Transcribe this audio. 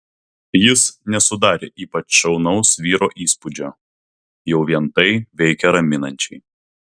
jis nesudarė ypač šaunaus vyro įspūdžio jau vien tai veikė raminančiai